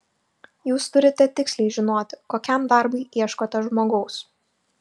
jūs turite tiksliai žinoti kokiam darbui ieškote žmogaus